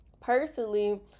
personally